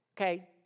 okay